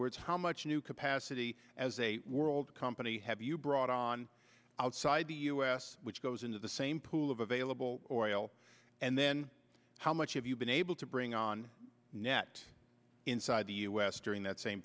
words how much new capacity as a world company have you brought on outside the u s which goes into the same pool of available or oil and then how much have you been able to bring on net inside the u s during that same